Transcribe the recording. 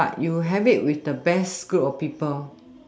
but you have it with the best group of people